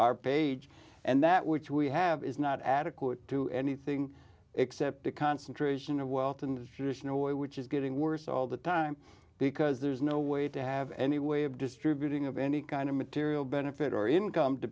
our page and that which we have is not adequate to anything except the concentration of wealth and traditional way which is getting worse all the time because there's no way to have any way of distributing of any kind of material benefit or income to